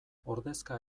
ordezka